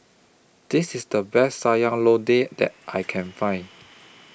This IS The Best Sayur Lodeh that I Can Find